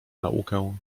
naukę